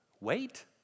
Wait